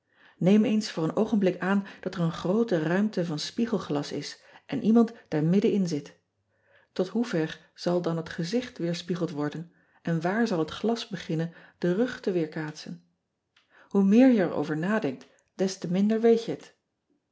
eem eens voor een oogenblik aan dat er een groote ruimte van spiegelglas is en iemand daar middenin zit ot hoever zal dan het gezicht weerspiegeld worden en waar zal het glas beginnen den rug te weerkaatsen oe meer je er over nadenkt des te minder weet je het